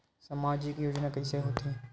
सामजिक योजना कइसे होथे?